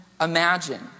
imagine